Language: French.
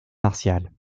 martiale